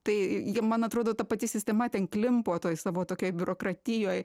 tai jie man atrodo ta pati sistema ten klimpo toj savo tokioj biurokratijoj